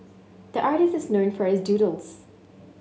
the artist is known for his doodles